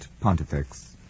Pontifex